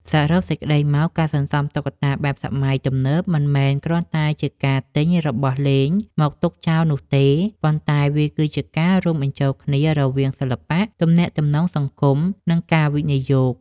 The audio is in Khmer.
សរុបសេចក្ដីមក ការសន្សំតុក្កតាបែបសម័យទំនើបមិនមែនគ្រាន់តែជាការទិញរបស់លេងមកទុកចោលនោះទេ ប៉ុន្តែវាគឺជាការរួមបញ្ចូលគ្នារវាង សិល្បៈ ទំនាក់ទំនងសង្គម និងការវិនិយោគ។